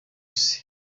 isi